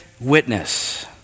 witness